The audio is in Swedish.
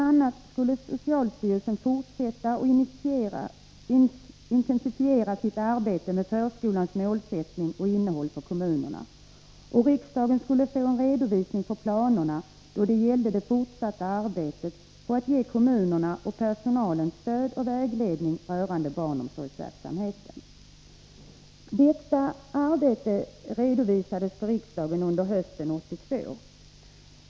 a. skulle socialstyrelsen fortsätta och intensifiera sitt arbete med förskolans målsättning och innehåll för kommunerna. Riksdagen skulle få en redovisning för planerna då det gällde det fortsatta arbetet på att ge kommunerna och personalen stöd och vägledning rörande barnomsorgsverksamheten. Detta arbete redovisades för riksdagen under hösten 1982.